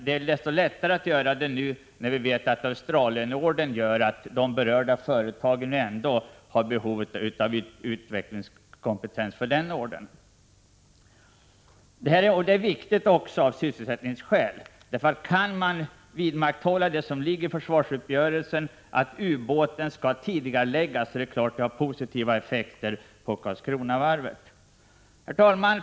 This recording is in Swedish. Det är lättare att göra så nu när vi vet att Australienorden gör att de berörda företagen sysselsätter utvecklingskompetens för att fullfölja den ordern. Kan man vidmakthålla det som ligger i försvarsuppgörelsen, nämligen att leveranserna av ubåtar skall tidigareläggas, har det naturligtvis positiva effekter för sysselsättningen vid Karlskronavarvet. Herr talman!